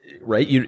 right